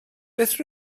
beth